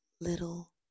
little